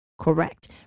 Correct